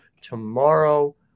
tomorrow